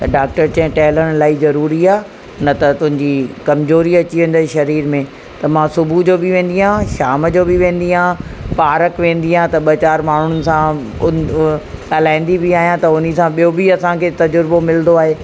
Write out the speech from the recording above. doctor चए टहलणु इलाही ज़रूरी आहे न त तुंहिंजी कमज़ोरी अची वेंदई शरीर में त मां सुबुह जो बि वेंदी आहियां शाम जो बि वेंदी आहियां पार्क वेंदी आहियां त ॿ चारि माण्हुनि सां उन ॻाल्हाईंदी बि आहियां त उन सां ॿियों बि असांखे तज़ुर्बो मिलंदो आहे